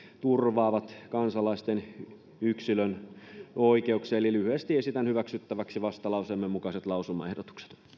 turvaavat kansalaisten yksilönoikeuksia eli lyhyesti esitän hyväksyttäväksi vastalauseemme mukaiset lausumaehdotukset